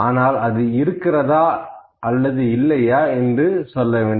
ஆனால் அது இருக்கிறதா அல்லது இல்லையா என்று சொல்ல வேண்டும்